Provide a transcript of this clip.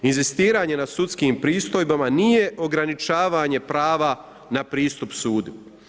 Inzistiranje na sudskim pristojbama nije ograničavanje prava na pristup sudu.